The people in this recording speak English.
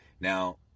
Now